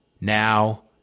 now